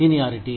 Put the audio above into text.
seniority